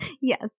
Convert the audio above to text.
Yes